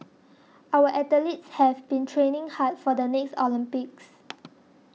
our athletes have been training hard for the next Olympics